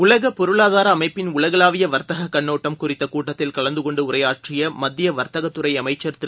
உலக பொருளாதார அமைப்பின் உலகளாவிய வர்த்தக கண்ணோட்டம் குறித்த கூட்டத்தில் கலந்து கொண்டு உரையாற்றிய மத்திய வர்த்தகத் துறை அளமச்சர் திரு